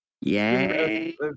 Yay